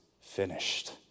finished